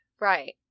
Right